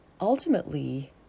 ultimately